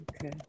Okay